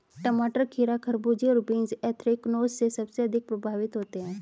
टमाटर, खीरा, खरबूजे और बीन्स एंथ्रेक्नोज से सबसे अधिक प्रभावित होते है